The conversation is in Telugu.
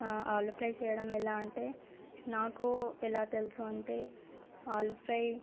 వాళ్ళు ఫ్రై చేయడం ఎలా అంటే నాకు ఎలా తెలుసు అంటే ఆలు ఫ్రై